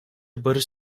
barış